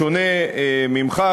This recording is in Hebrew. בשונה ממך,